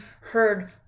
heard